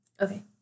Okay